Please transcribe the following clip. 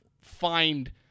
find